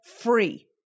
free